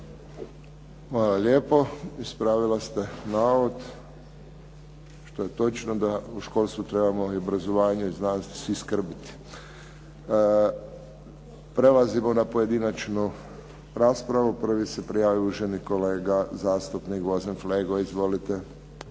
Hvala lijepo. Ispravila ste navod, što je točno da u školstvu trebamo i obrazovanje i znanju svi skrbiti. Prelazimo na pojedinačnu raspravu. Prvi se prijavio uvaženi kolega zastupnik Gvozden Flego. Izvolite.